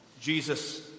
Jesus